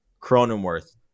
Cronenworth